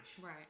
Right